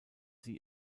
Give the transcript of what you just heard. sie